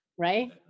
Right